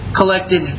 collected